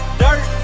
dirt